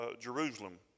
Jerusalem